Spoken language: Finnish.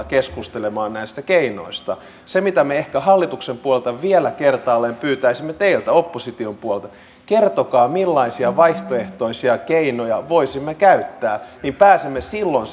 keskustelemaan näistä keinoista se mitä me ehkä hallituksen puolelta vielä kertaalleen pyytäisimme teiltä opposition puolelta kertokaa millaisia vaihtoehtoisia keinoja voisimme käyttää niin pääsemme silloin